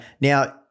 Now